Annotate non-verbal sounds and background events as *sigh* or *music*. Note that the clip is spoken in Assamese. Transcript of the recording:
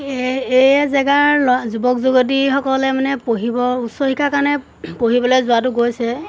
এই এই জেগাৰ *unintelligible* যুৱক যুৱতীসকলে মানে পঢ়িব উচ্চ শিক্ষাৰ কাৰণে পঢ়িবলৈ যোৱাটো গৈছে